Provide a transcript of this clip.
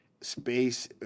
space